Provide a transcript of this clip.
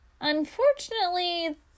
Unfortunately